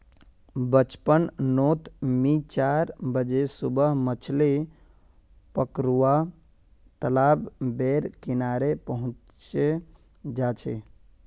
बचपन नोत मि चार बजे सुबह मछली पकरुवा तालाब बेर किनारे पहुचे जा छी